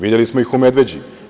Videli smo ih u Medveđi.